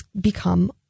become